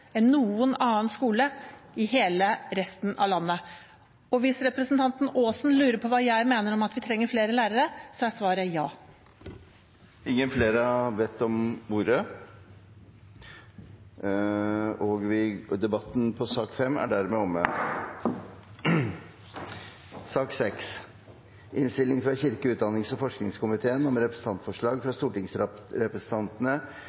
enn noen annen skole i resten av landet. Hvis representanten Aasen lurer på hva jeg mener om spørsmålet om vi trenger flere lærere, er svaret ja. Flere har ikke bedt om ordet i sak nr. 5. Etter ønske fra kirke-, utdannings- og forskningskomiteen vil presidenten foreslå at taletiden blir begrenset til 5 minutter til hver partigruppe og